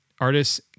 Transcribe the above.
Artists